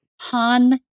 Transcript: Han